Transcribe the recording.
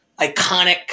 iconic